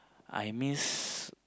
I miss